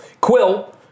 Quill